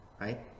right